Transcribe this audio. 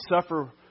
suffer